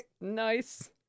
Nice